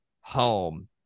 home